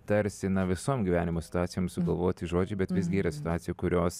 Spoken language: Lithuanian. tarsi na visom gyvenimo situacijom sugalvoti žodžiai bet visgi yra cituacijų kurios